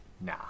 Nah